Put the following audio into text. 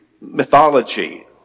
mythology